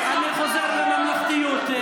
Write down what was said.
אני חוזר לממלכתיות.